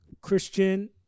Christian